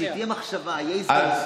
שתהיה מחשבה, יהיה, רק שנייה.